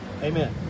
Amen